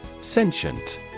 Sentient